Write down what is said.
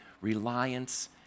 reliance